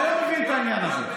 אני לא מבין את העניין הזה.